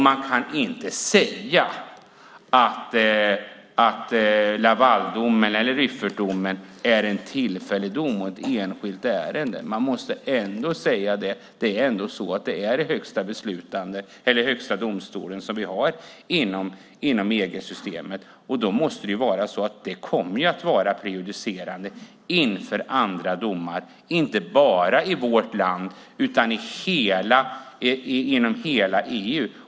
Man kan inte säga att Lavaldomen eller Rüffertdomen är tillfälliga domar, enskilda ärenden. Det är ändå fråga om högsta domstolen inom EG-systemet. Då måste det ju vara så att de domarna blir prejudicerande inför andra domar, och då inte bara i vårt land utan inom hela EU.